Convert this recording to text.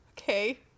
Okay